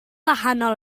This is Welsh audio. wahanol